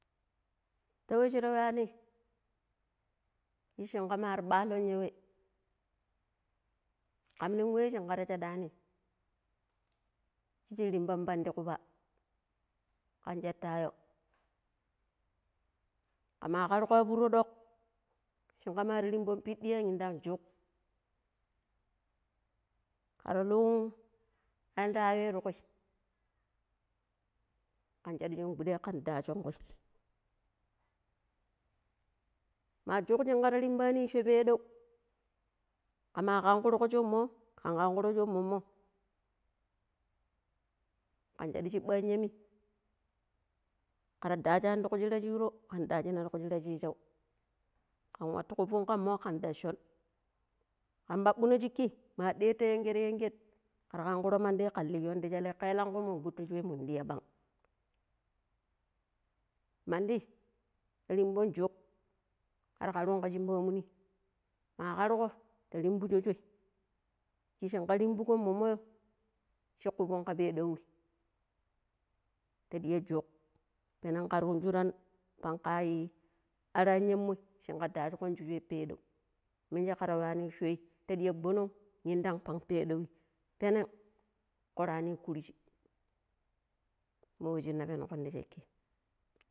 ﻿Ta wai shir yuwani yu shinkama ballon ya wa kam nin wa shin kar shadani kishi rimban pandi kuɓa kan cetayo kame kargo furo duk shinga mar rimbon ɓide diya yinda juk kar loon pandaiee ta ƙui kan shadu shin guɗai kan dajoon ƙui ma juk shingar rimbani shoo peɗau kama ƙangrugo shoumo kan kagrugo shoum momo kan shadi siɓayi mi kar daajani ti ku shira shuro kan daji na ti shiran chijau kan wati kuvon kan mo kan dashon kan ɓaɓuno shiki ma ɗian ta yangeryanger kar ƙangro mandi kan liyon ti shelle ke elankui mu guti shoi mun dia ɓan mandi rimbon juk ar karrum ka shin pomunim ma ƙargo ta rinbujo shoi kiiji shinga rimbugom monmoi shofugon ka peɗaii ta ɗia juk penan kar yu shuran paan kaii araianmoi shinga das̱ugon juɓi peɗau mije kar yuani shooi ta ɗia guanon inɗon pan peɗai penan kurani kurji mo wejina pengo ti s̱eki